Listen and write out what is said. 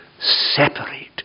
separate